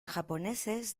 japoneses